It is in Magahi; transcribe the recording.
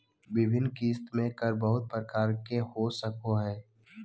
विभिन्न किस्त में कर बहुत प्रकार के हो सको हइ